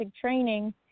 training